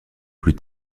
plus